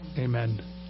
Amen